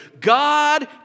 God